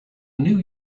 new